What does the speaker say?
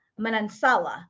Manansala